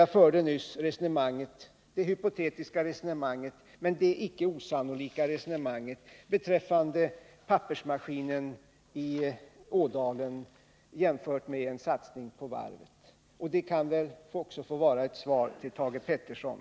Jag förde nyss ett hypotetiskt men icke osannolikt resonemang beträffande en pappersmaskin i Ådalen, mot bakgrunden av en satsning på varven. Det kan också få vara ett svar till Thage Peterson.